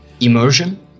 immersion